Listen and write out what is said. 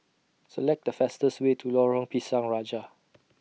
Select The fastest Way to Lorong Pisang Raja